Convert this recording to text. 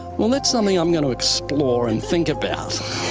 well, that's something i'm going to explore and think about.